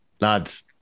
Lads